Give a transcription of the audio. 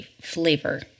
flavor